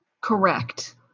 Correct